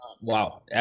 wow